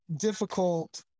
difficult